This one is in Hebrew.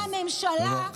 נציגי הממשלה דואגים.